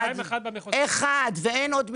אחד, ואין עוד מלבדו.